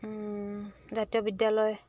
জাতীয় বিদ্যালয়